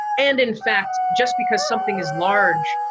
and in fact, just because something is large,